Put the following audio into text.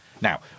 Now